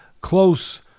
Close